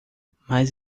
mas